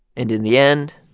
and in the end.